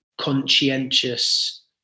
conscientious